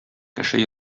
кеше